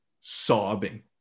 sobbing